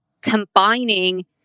combining